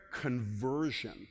conversion